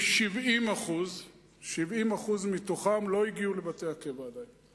כ-70% מתוכם לא הגיעו לבתי הקבע עדיין,